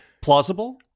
Plausible